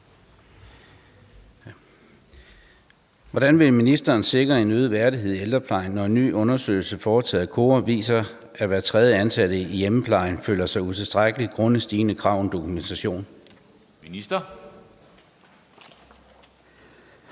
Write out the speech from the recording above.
Hvordan vil ministeren sikre en øget værdighed i ældreplejen, når en ny undersøgelse foretaget af KORA viser, at hver tredje ansatte i hjemmeplejen føler sig utilstrækkelig grundet stigende krav om dokumentation?